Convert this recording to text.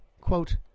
Quote